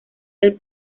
del